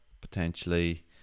potentially